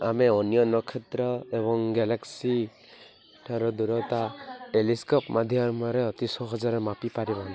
ଆମେ ଅନ୍ୟ ନକ୍ଷତ୍ର ଏବଂ ଗ୍ୟାଲେକ୍ସିଠାରୁ ଦୂରତା ଟେଲିସ୍କୋପ୍ ମାଧ୍ୟମରେ ଅତି ସହଜରେ ମାପି ପାରିବାନି